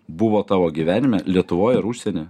buvo tavo gyvenime lietuvoj ar užsieny